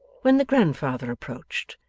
when the grandfather approached.